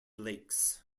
lakes